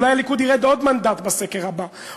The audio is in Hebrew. אולי הליכוד ירד עוד מנדט בסקר הבא,